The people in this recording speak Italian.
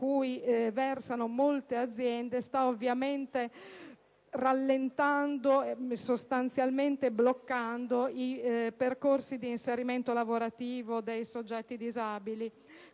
cui versano molte aziende sta ovviamente rallentando e sostanzialmente bloccando i percorsi di inserimento lavorativo dei soggetti disabili.